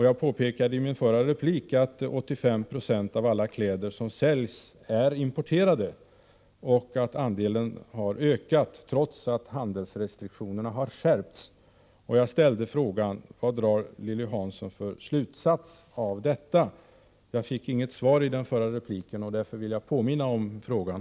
Jag påpekade i min förra replik att 85 0 av alla kläder som säljs i Sverige är importerade och att andelen har ökat trots att handelsrestriktionerna har skärpts, och jag ställde frågan: Vad drar Lilly Hansson för slutsats av detta? Jag fick inget svar i hennes senaste replik, och därför vill jag påminna om frågan.